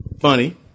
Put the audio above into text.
funny